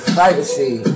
Privacy